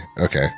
okay